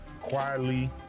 quietly